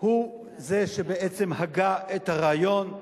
היא זאת שבעצם הגתה את הרעיון,